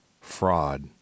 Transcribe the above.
fraud